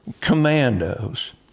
commandos